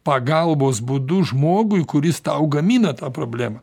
pagalbos būdu žmogui kuris tau gamina tą problemą